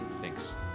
Thanks